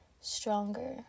stronger